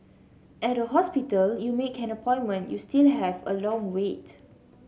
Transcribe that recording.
at a hospital you make an appointment you still have a long wait